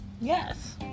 Yes